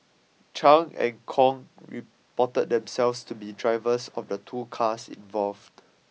Chan and Kong reported themselves to be drivers of the two cars involved